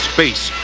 Space